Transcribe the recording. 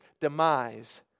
demise